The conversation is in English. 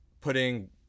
putting